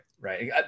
Right